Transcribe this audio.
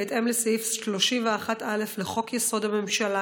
בהתאם לסעיף 31(א) לחוק-יסוד: הממשלה,